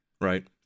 Right